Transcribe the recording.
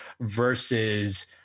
versus